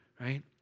right